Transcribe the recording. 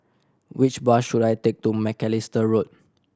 which bus should I take to Macalister Road